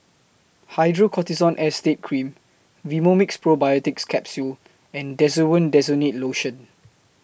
Hydrocortisone Acetate Cream Vivomixx Probiotics Capsule and Desowen Desonide Lotion